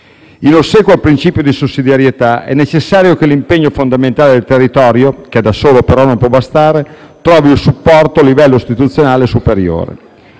In ossequio al principio di sussidiarietà, è necessario che l'impegno fondamentale del territorio, che da solo però non può bastare, trovi un supporto a livello istituzionale superiore.